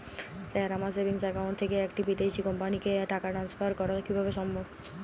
Sir আমার savings account থেকে একটি বিদেশি কোম্পানিকে টাকা ট্রান্সফার করা কীভাবে সম্ভব?